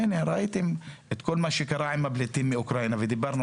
ראיתם את כל מה שקרה עם הפליטים מאוקראינה ודיברנו